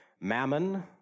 Mammon